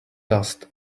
dust